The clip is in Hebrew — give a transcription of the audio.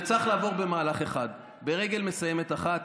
זה צריך לעבור במהלך אחד, ברגל מסיימת אחת.